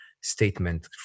statement